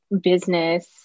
business